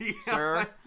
sir